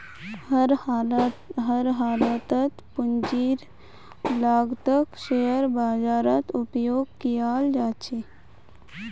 हर हालतत पूंजीर लागतक शेयर बाजारत उपयोग कियाल जा छे